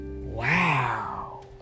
Wow